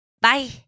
bye